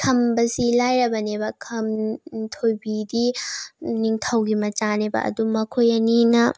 ꯈꯝꯕꯁꯤ ꯂꯥꯏꯔꯕꯅꯦꯕ ꯊꯣꯏꯕꯤꯗꯤ ꯅꯤꯡꯊꯧꯒꯤ ꯃꯆꯥꯅꯦꯕ ꯑꯗꯨ ꯃꯈꯣꯏ ꯑꯅꯤꯅ